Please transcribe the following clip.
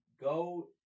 go